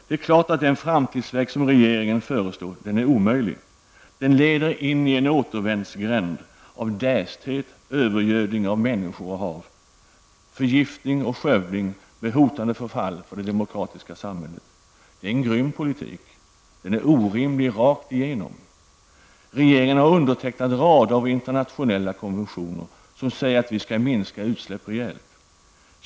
Det är klart att den framtidsväg som regeringen föreslår är omöjlig. Den leder in i en återvändsgränd av dästhet, övergödning av människor och hav, samt förgiftning och skövling med hotande förfall för det demokratiska samhället. Det är grym politik, den är orimlig rakt igenom. Regeringen har undertecknat en rad internationella konventioner som säger att vi skall minska utsläppen rejält.